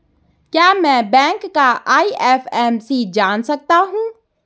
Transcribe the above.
क्या मैं बैंक का आई.एफ.एम.सी जान सकता हूँ?